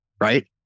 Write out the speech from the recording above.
right